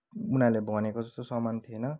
उनीहरूले भनेको जस्तो सामान थिएन